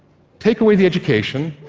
take away the education,